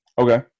Okay